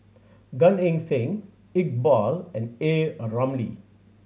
Gan Eng Seng Iqbal and A Ramli